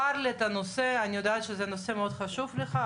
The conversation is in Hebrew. אתם תשלחו את הנוסח המתוקן שאתם קוראים אותו הפוך עכשיו?